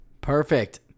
Perfect